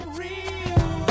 real